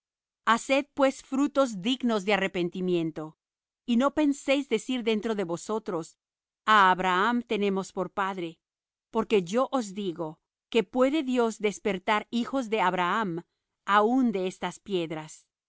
haced pues frutos dignos de arrepentimiento y no penséis decir dentro de vosotros á abraham tenemos por padre porque yo os digo que puede dios despertar hijos á abraham aun de estas piedras